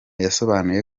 yasobanuye